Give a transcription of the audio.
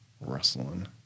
Wrestling